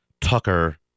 Tucker